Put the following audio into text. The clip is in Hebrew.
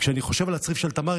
וכשאני חושב על הצריף של תמרי,